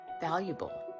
valuable